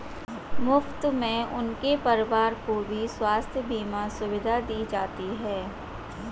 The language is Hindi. मुफ्त में उनके परिवार को भी स्वास्थ्य बीमा सुविधा दी जाती है